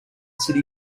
city